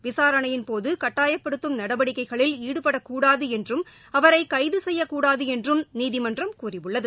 விசாரணையின்போது கட்டாயப்படுத்தும் நடவடிக்கைகளில் ாடுபடக்கூடாது என்றும் அவரை கைது செய்யக்கூடாது என்றும் நீதிமன்றம் கூறியுள்ளது